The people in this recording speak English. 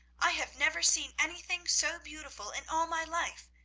i have never seen anything so beautiful in all my life.